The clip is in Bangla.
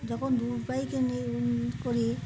যখন